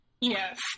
yes